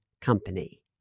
Company